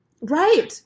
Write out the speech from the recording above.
Right